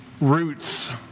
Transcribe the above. roots